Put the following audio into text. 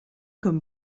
comme